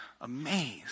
amazed